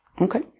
Okay